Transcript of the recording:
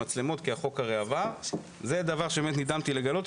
מצלמות הרי החוק עבר זה דבר שנדהמתי לגלות,